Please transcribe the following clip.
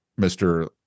Mr